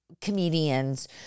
comedians